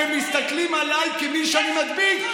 כשאני יוצא לרחוב ומסתכלים עליי כמי שמדביק?